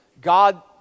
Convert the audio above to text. God